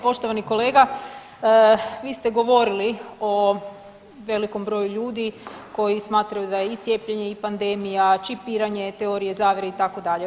Poštovani kolega vi ste govorili o velikom broju ljudi koji smatraju da je i cijepljenje, i pandemije, čipiranje, teorije zavjere itd.